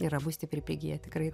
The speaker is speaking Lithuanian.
ir abu stipriai prigiję tikrai